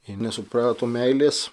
jie nesuprato meilės